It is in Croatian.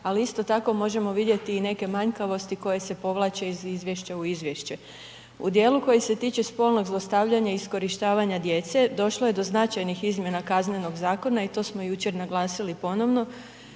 ali isto tako možemo vidjeti i neke manjkavosti koje se povlače iz izvješća u izvješće. U dijelu koji se tiče spolnog zlostavljanja i iskorištavanja djece došlo je do značajnih izmjena Kaznenog zakona i to smo jučer naglasili ponovno.